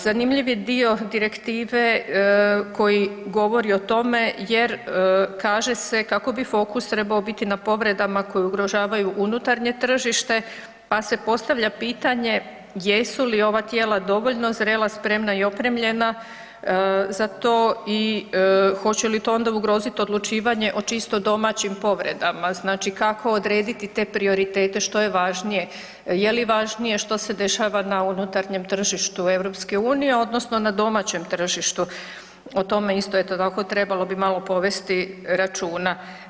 Zanimljivi dio direktive koji govori o tome jer kaže se kako bi fokus trebao biti na povredama koje ugrožavaju unutarnje tržište pa se postavlja pitanje jesu li ova tijela dovoljno zrela, spremna i opremljena za to i hoće li to onda ugroziti odlučivanje o čisto domaćim povredama, znači kako odrediti te prioritete što je važnije, je li važnije što se dešava na unutarnjem tržištu EU-a odnosno na domaćem tržištu, o tome isto tako trebalo bi malo povesti računa.